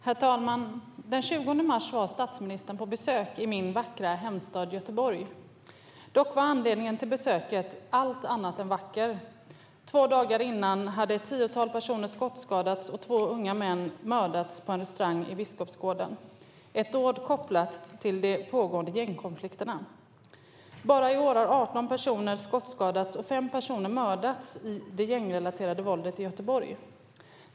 Herr talman! Den 20 mars var statsministern på besök i min vackra hemstad Göteborg. Dock var anledningen till besöket allt annat än vacker. Två dagar tidigare hade ett tiotal personer skottskadats och två unga män mördats på en restaurang i Biskopsgården - ett dåd kopplat till de pågående gängkonflikterna. Bara i år har 18 personer skottskadats och 5 personer mördats i det gängrelaterade våldet i Göteborg.